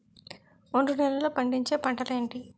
ఒండ్రు నేలలో పండించే పంటలు ఏంటి?